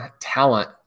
talent